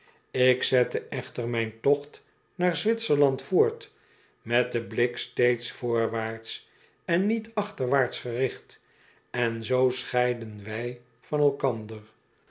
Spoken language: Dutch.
ik zette echter mijn tocht naar zwitserland voort met den blik steeds voorwaarts en niet achterwaarts gericht en zoo scheidden wij van elkander